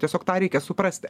tiesiog tą reikia suprasti